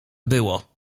było